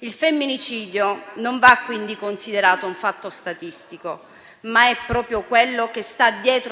Il femminicidio non va quindi considerato un fatto statistico, ma dietro